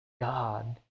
God